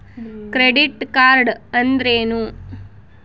Credit card ಅಂದ್ರೇನು?